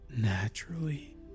naturally